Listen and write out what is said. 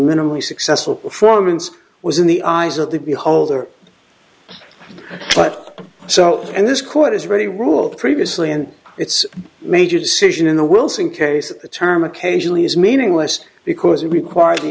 minimally successful performance was in the eyes of the beholder but so and this court is really ruled previously and its major decision in the wilson case the term occasionally is meaningless because it requires the